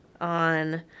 on